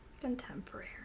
contemporary